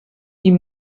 die